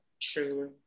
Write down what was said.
truly